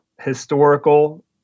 historical